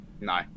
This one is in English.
No